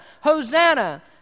Hosanna